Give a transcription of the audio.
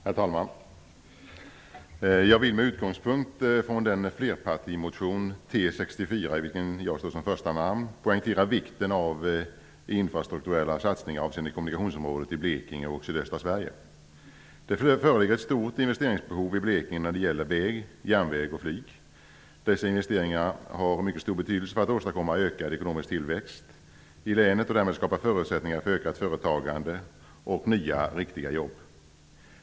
Herr talman! Jag vill med utgångspunkt från den flerpartimotion, T64, i vilken jag står som första namn poängtera vikten av infrastrukturella satsningar avseende kommunikationsområdet i Det föreligger ett stort investeringsbehov i Blekinge när det gäller väg, järnväg och flyg. Dessa investeringar har mycket stor betydelse för att åstadkomma ökad ekonomisk tillväxt i länet och därmed skapa förutsättningar för ökat företagande och nya riktiga jobb.